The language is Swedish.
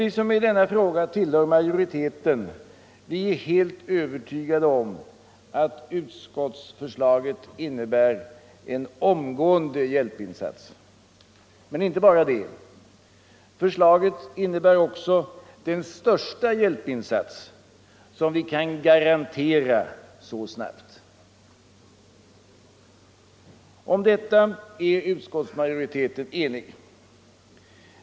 Vi som i denna fråga tillhör majoriteten är helt övertygade om att utskottsförslaget innebär en omgående hjälpinsats — men inte bara det. Förslaget innebär också den största hjälpinsats som vi kan garantera så snabbt. Om detta är utskottsmajoriteten enig.